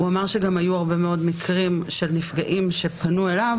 הוא אמר שגם היו הרבה מאוד מקרים של נפגעים שפנו אליו